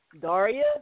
Daria